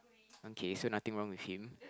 mm K so nothing wrong with him